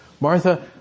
Martha